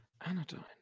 Anodyne